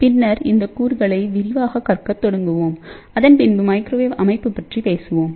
பின்னர் இந்த கூறுகளை விரிவாக கற்கத் தொடங்குவோம் அதன் பின்பு மைக்ரோவேவ் அமைப்பு பற்றி பேசுவோம்